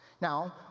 Now